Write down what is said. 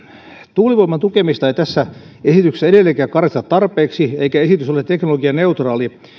tuulivoiman tukemista ei tässä esityksessä edelleenkään karsita tarpeeksi eikä esitys ole teknologianeutraali